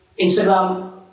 Instagram